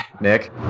nick